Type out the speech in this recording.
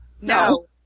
No